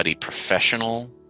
professional